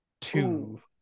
Two